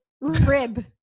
rib